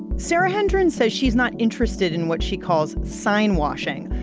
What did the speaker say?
sarah hendren says she's not interested in what she calls sign washing,